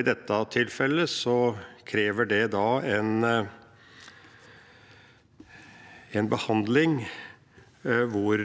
i dette tilfellet krever det da en behandling hvor